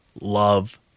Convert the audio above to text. love